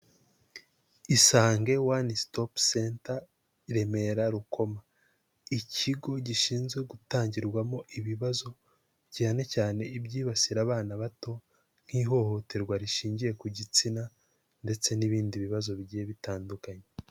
Isange One Stop Center Remera Rukoma, ikigo gishinzwe gutangirwamo ibibazo cyane cyane ibyibasira abana bato nk'ihohoterwa rishingiye ku gitsina ndetse n'ibindi bibazo bigiye bitandukanye.